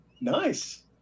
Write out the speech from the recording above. Nice